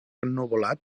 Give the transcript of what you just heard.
ennuvolat